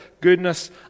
goodness